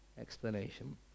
explanation